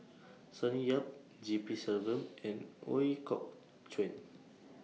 Sonny Yap G P Selvam and Ooi Kok Chuen